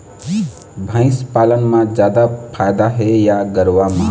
भंइस पालन म जादा फायदा हे या गरवा में?